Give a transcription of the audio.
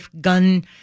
gun